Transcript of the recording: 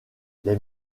les